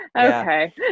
Okay